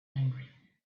angry